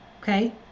Okay